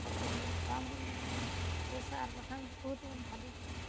ᱦᱚᱲ ᱫᱚ ᱵᱟᱝᱵᱚᱱ ᱵᱮᱥᱟ ᱟᱨ ᱵᱟᱠᱷᱟᱱ ᱵᱚᱦᱩᱛ ᱵᱚᱱ ᱵᱷᱟᱹᱞᱤ ᱜᱮᱭᱟ